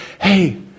hey